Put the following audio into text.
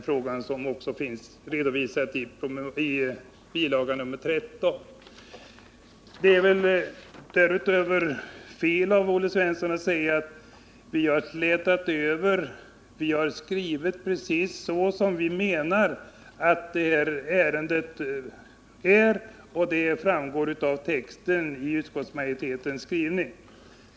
13, omedelbart olika bud i den här frågan. Därutöver är det också fel av Olle Svensson att säga att vi har slätat över. Som framgår av utskottsmajoritetens skrivning har vi beskrivit precis hur vi anser att det ligger till med detta ärende.